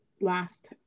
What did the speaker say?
last